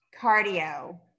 cardio